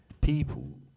people